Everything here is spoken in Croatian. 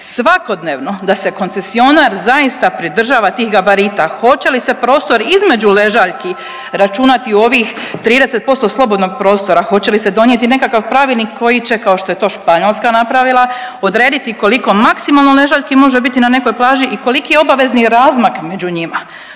svakodnevno da se koncesionar zaista pridržava tih gabarita? Hoće li se prostor između ležaljki računati u ovih 30% slobodnog prostora? Hoće li se donijeti nekakav pravilnik koji će kao što je to Španjolska napravila odrediti koliko maksimalno ležaljki biti na nekoj plaži i koliki je obavezni razmak među njima?